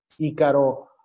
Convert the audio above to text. Icaro